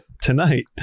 tonight